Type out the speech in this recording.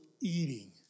eating